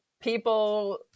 people